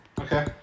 Okay